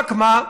רק מה?